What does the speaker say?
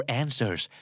answers